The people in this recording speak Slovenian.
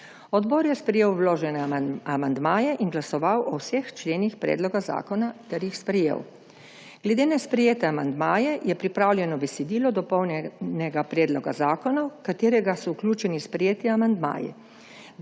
Odbor je sprejel vložene amandmaje in glasoval o vseh členih predloga zakona ter jih sprejel. Glede na sprejete amandmaje je pripravljeno besedilo dopolnjenega predloga zakona, v katerega so vključeni sprejeti amandmaji.